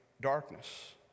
darkness